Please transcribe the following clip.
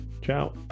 Ciao